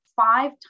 five